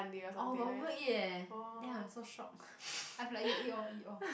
oh got people eat eh then I'm so shock I'm like you eat all eat all